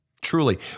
truly